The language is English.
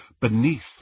beneath